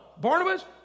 Barnabas